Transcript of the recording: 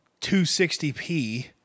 260p